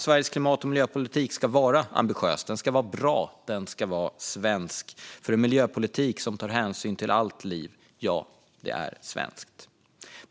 Sveriges klimat och miljöpolitik ska vara ambitiös. Den ska vara bra. Den ska vara svensk, för en miljöpolitik som tar hänsyn till allt liv - ja, den är svensk!